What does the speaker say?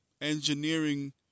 engineering